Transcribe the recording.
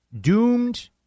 doomed